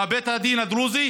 בבית הדין הדרוזי,